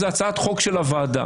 זו הצעת חוק של הוועדה.